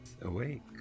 Awake